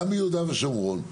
גם ביהודה ושומרון,